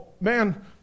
man